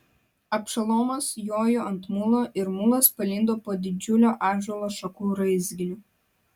abšalomas jojo ant mulo ir mulas palindo po didžiulio ąžuolo šakų raizginiu